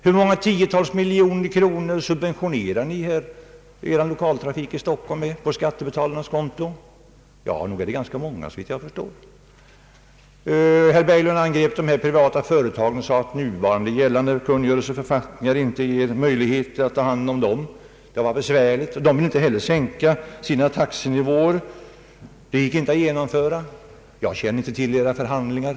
Hur många tiotals miljoner kronor subventionerar ni lokaltrafiken i Stockholm med på skattebetalarnas be kostnad? Ja, nog är det ganska många, såvitt jag förstår. Herr Berglund angrep de privata företagen och förklarade att nu gällande kungörelser och författningar inte ger möjligheter för det allmänna att ta hand om dem. De vill inte heller sänka sina taxenivåer. Det gick inte att genomföra. Jag känner inte till era förhandlingar.